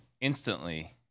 instantly